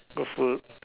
good food